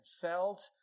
felt